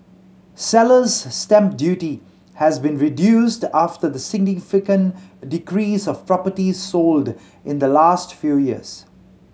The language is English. seller's stamp duty has been reduced after the significant decrease of properties sold in the last few years